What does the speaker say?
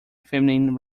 feminine